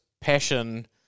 passion